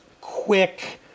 quick